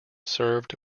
served